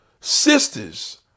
sisters